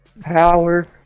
Power